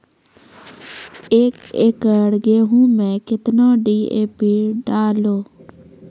एक एकरऽ गेहूँ मैं कितना डी.ए.पी डालो?